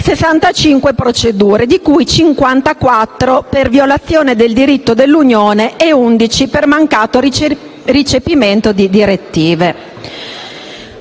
65 procedure, di cui 54 per violazione del diritto dell'Unione e 10 per mancato recepimento di direttive.